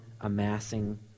amassing